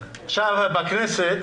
בכנסת,